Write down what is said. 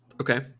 Okay